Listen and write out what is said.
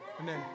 Amen